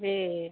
जी